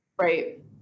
Right